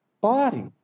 body